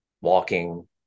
walking